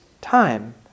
time